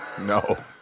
No